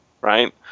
right